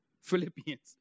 Philippians